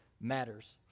matters